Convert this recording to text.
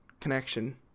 connection